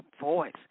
voice